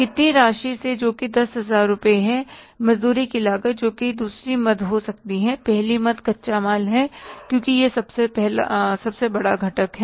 कितनी राशि से जो कि 10000 रुपये है मजदूरी की लागत जो कि दूसरी मद हो सकती है पहली मद कच्चा माल है क्योंकि यह सबसे बड़ा घटक है